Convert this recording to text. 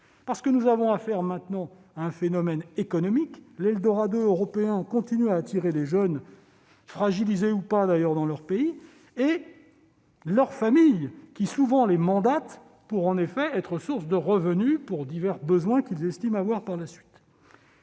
du débat. Nous avons affaire maintenant à un phénomène économique, l'eldorado européen. On continue à attirer les jeunes, fragilisés ou non d'ailleurs dans leur pays, ainsi que leurs familles, qui, souvent, les mandatent pour en faire des sources de revenus pour divers besoins dont ils estiment qu'ils seront